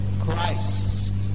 Christ